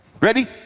Ready